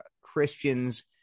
Christians